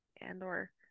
andor